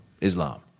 Islam